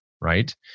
right